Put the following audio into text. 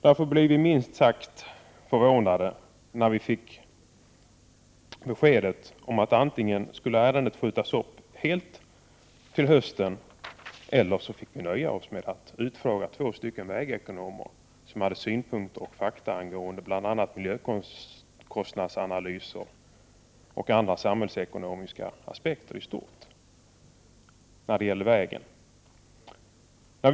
Därför blev vi minst sagt förvånade när vi fick beskedet att ärendet antingen skulle skjutas upp helt till hösten eller att vi alternativt skulle få nöja oss med att utfråga två vägekonomer, som har synpunkter och fakta när det gäller bl.a. miljökostnadsanalyser och andra samhällsekonomiska aspekter i stort på det här vägbygget.